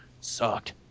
Sucked